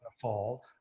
fall